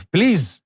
Please